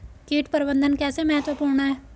कीट प्रबंधन कैसे महत्वपूर्ण है?